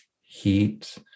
heat